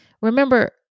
Remember